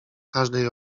każdej